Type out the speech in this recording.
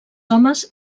homes